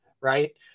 right